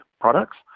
products